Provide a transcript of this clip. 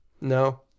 No